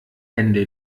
hände